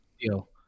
deal